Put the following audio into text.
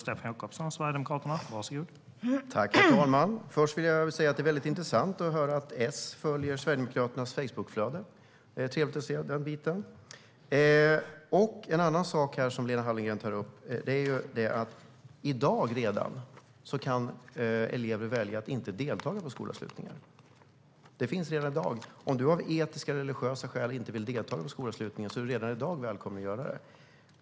Herr talman! Först vill jag säga att det är mycket intressant att höra att S följer Sverigedemokraternas Facebookflöde. Det är trevligt att se den biten. En annan sak som Lena Hallengren tar upp är att elever redan i dag kan välja att inte delta vid skolavslutningarna. Den möjligheten finns redan i dag. Om någon av etiska eller religiösa skäl inte vill delta vid skolavslutningen är det redan i dag möjligt.